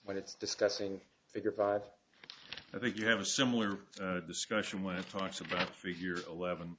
when it's discussing figure five i think you have a similar discussion when it talks about three years eleven